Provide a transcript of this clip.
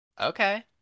Okay